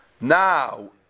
Now